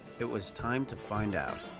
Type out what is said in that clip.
it was time to find out.